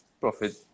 Profit